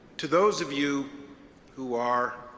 to those of you who are